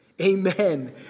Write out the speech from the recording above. amen